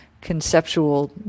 conceptual